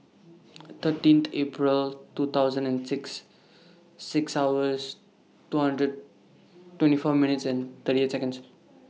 thirteen April two thousand and six six hours two hundred twenty four minutes and thirty eight Seconds